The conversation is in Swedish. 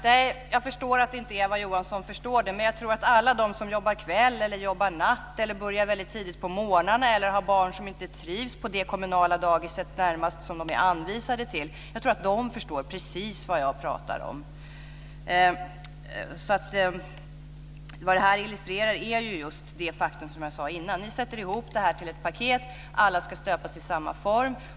Herr talman! Jag förstår att inte Eva Johansson förstår det. Men jag tror att alla de som jobbar kväll eller natt, börjar väldigt tidigt på morgnarna eller som har barn som inte trivs på det kommunala dagis som ligger närmast och som de är anvisade förstår precis vad jag talar om. Vad detta illustrerar är just det faktum som jag talade om innan. Ni sätter ihop det till ett paket. Alla ska stöpas i samma form.